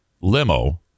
limo